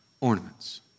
ornaments